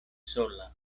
sola